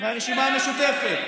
מהרשימה המשותפת.